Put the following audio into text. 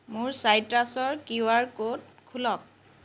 মোৰ চাইট্ৰাছৰ Q R code খোলক